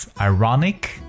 ironic